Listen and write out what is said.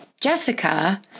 Jessica